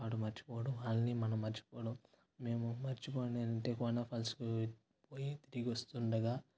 వాడు మర్చిపోడు వాళ్ళని మనం మర్చిపోడు మేము మర్చిపో పోయి దిగొస్తుండగా